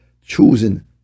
choosing